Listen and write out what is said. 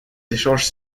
échanges